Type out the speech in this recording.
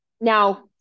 Now